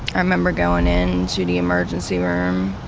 remember going into the emergency room.